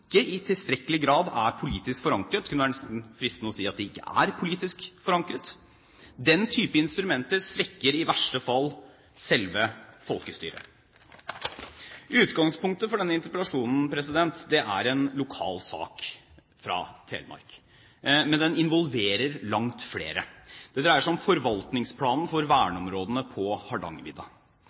tilstrekkelig grad er politisk forankret. Det kunne nesten være fristende å si at de ikke er politisk forankret. Den typen instrumenter svekker i verste fall selve folkestyret. Utgangspunktet for denne interpellasjonen er en lokal sak fra Telemark, men den involverer langt flere. Det dreier seg om forvaltningsplanen for verneområdene på Hardangervidda.